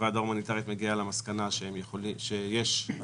ועדת החריגים תהיה מומלצת להמליץ על אישור בקשתם גם אם הם